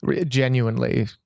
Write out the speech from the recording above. Genuinely